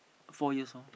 four years lor